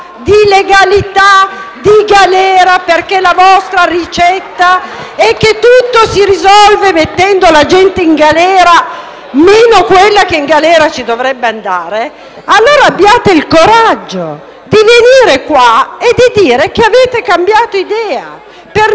«legalità» e «galera» (perché la vostra ricetta è che tutto si risolve mettendo la gente in galera, meno quella che in galera ci dovrebbe andare), allora abbiate il coraggio di venire qua e di dire che avete cambiato idea. Noi